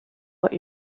what